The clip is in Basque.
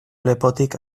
lepotik